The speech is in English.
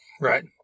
Right